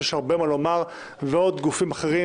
שיש לו הרבה מה לומר ועוד גופים אחרים